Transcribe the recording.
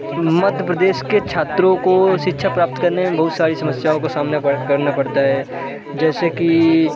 मध्य प्रदेश के छात्रों को शिक्षा प्राप्त करने में बहुत सारी समस्याओं का सामना करना पड़ता है जैसे कि